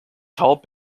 tall